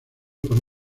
para